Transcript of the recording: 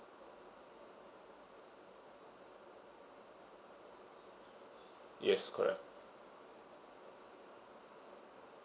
yes correct